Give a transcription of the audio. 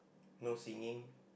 no singing